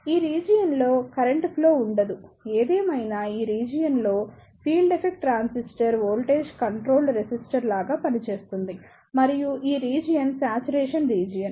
ఈ రీజియన్ లో current flow ఉండదు ఏదేమైనా ఈ రీజియన్ లో field effect transistor voltage controlled resistor లాగా పనిచేస్తుంది మరియు ఈ రీజియన్ శ్యాచురేషన్ రీజియన్